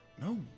No